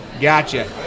Gotcha